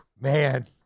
Man